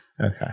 okay